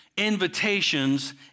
invitations